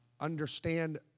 understand